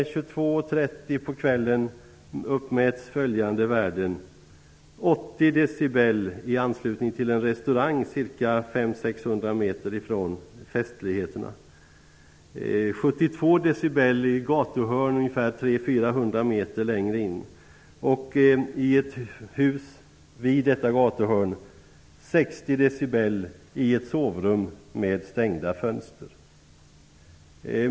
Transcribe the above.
22.30 på kvällen uppmättes följande värden: 80 dB i anslutning till en restaurang 500--600 m ifrån festligheterna, 72 dB i ett gatuhörn 300--400 m längre in, och 60 dB i ett sovrum med stängda fönster i ett hus vid detta gatuhörn.